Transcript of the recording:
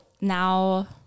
now